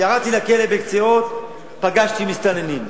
ירדתי לכלא בקציעות, פגשתי מסתננים.